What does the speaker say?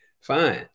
fine